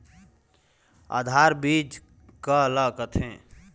आधार बीज का ला कथें?